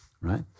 right